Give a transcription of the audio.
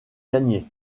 gagné